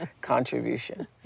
contribution